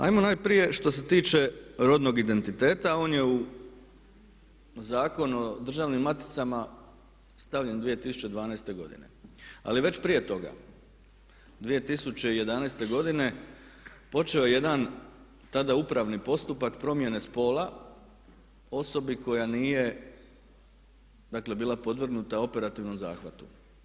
Ajmo najprije što se tiče rodnog identiteta, on je u Zakonu o državnim maticama stavljen 2012. godine ali je već prije toga 2011. godine počeo jedan tada upravni postupak promjene spola osobi koja nije dakle bila podvrgnuta operativnom zahvatu.